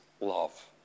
love